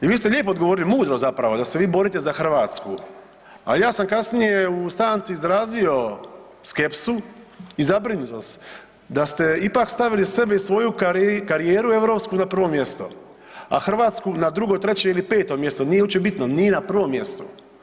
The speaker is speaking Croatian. I vi ste lijepo odgovorili, mudro zapravo, da se vi borite za Hrvatsku, a ja sam kasnije u stanci izrazio skepsu i zabrinutost da ste ipak stavili sebe i svoju karijeru europsku na prvo mjesto, a Hrvatsku na drugo, treće ili peto mjesto nije uopće bitno nije na prvom mjestu.